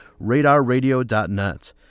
RadarRadio.net